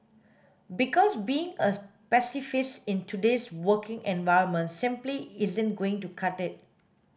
because being a pacifist in today's working environment simply isn't going to cut it